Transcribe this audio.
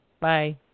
Bye